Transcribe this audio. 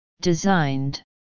Designed